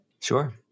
Sure